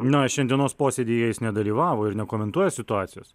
na o šiandienos posėdyje jis nedalyvavo ir nekomentuoja situacijos